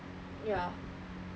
ya